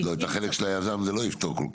את החלק של היזם זה לא יפתור כל כך.